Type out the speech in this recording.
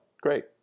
Great